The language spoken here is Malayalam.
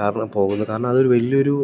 കാരണം പോകുന്നു കാരണം അതൊരു വലിയൊരു